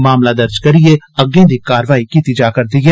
मामला दर्ज करियै अग्गे दी कारवाई कीती जा'रदी ऐ